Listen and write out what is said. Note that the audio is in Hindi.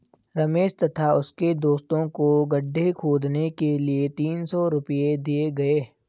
रमेश तथा उसके दोस्तों को गड्ढे खोदने के लिए तीन सौ रूपये दिए गए